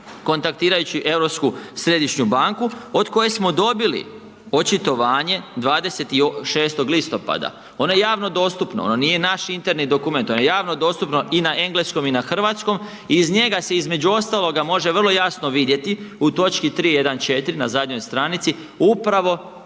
kontaktirajući Europsku središnju banku od koje smo dobili očitovanje 26. listopada. Ono je javno dostupno, ono nije naš interni dokument, to je javno dostupno i na engleskom i na hrvatskom i iz njega se, između ostaloga može vrlo jasno vidjeti u toč. 314, na zadnjoj stranici, upravo,